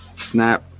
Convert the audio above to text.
snap